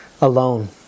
alone